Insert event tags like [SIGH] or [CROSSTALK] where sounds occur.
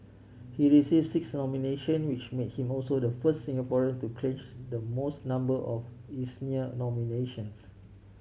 he [UNINTELLIGIBLE] six nomination which made him also the first Singaporean to clinch the most number of Eisner nominations